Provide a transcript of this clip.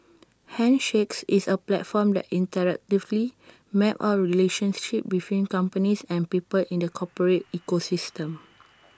handshakes is A platform that interactively maps out relationships between companies and people in the corporate ecosystem